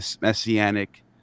messianic